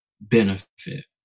benefit